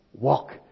walk